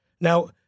Now